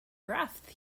graph